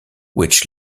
which